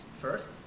First